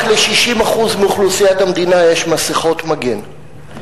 רק ל-60% מאוכלוסיית המדינה יש מסכות מגן,